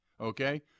Okay